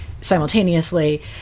simultaneously